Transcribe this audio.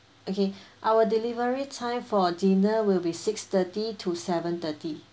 okay our delivery time for dinner will be six thirty to seven thirty